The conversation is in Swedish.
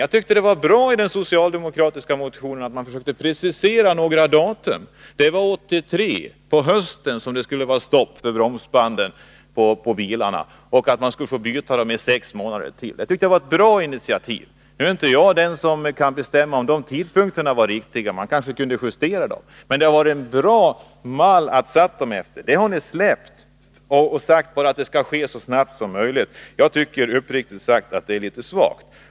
Jag tycker att det var bra att man i den socialdemokratiska motionen försökte precisera några tidsgränser. Där sades t.ex. att det skulle vara stopp för asbest i bromsbanden på bilarna hösten 1983 och att sex månader skulle gälla för byte av bromsband. Jag tyckte det var ett bra initiativ. Jag kan visserligen inte uttala mig om huruvida tidsgränserna som sådana var riktiga, men det var en bra mall som föreslogs. Det här har ni nu släppt, och nu är förslaget att åtgärderna skall vidtas så snart Torsdagen den som möjligt. Jag tycker uppriktigt sagt att det är litet svagt.